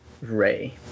Ray